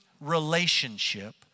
relationship